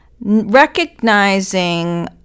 recognizing